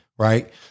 right